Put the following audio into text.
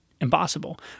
impossible